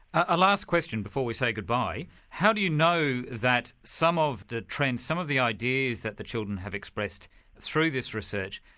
a last question before we say good-bye how do you know that some of the trends, some of the ideas that the children have expressed through this research,